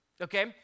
Okay